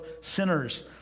sinners